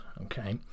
okay